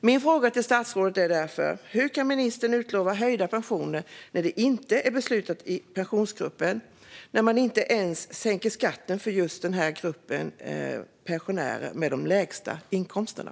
Min fråga till statsrådet är därför: Hur kan ministern utlova höjda pensioner när det inte är beslutat i Pensionsgruppen och när man inte ens sänker skatten för den grupp pensionärer som har de lägsta inkomsterna?